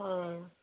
অ'